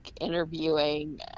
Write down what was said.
interviewing